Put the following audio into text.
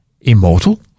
immortal